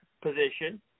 position